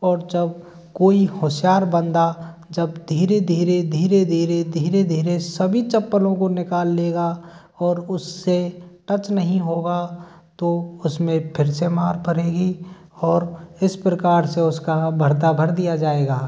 और जब कोई होशियार बंदा जब धीरे धीरे धीरे धीरे धीरे धीरे सभी चप्पलों को निकाल लेगा और उससे टच नहीं होगा तो उसमें फिर से मार परेगी और इस प्रकार से उसका भर्ता भर दिया जाएगा